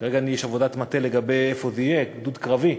כרגע יש עבודת מטה לגבי איפה זה יהיה, גדוד קרבי.